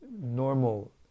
normal